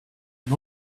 and